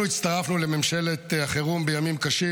אנחנו הצטרפנו לממשלת החירום בימים קשים.